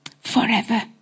forever